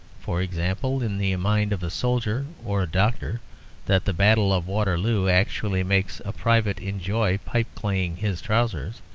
for example, in the mind of a soldier or a doctor that the battle of waterloo actually makes a private enjoy pipeclaying his trousers,